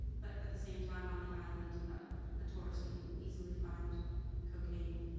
but at the same time on the island a tourist can easily find cocaine,